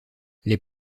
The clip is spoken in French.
les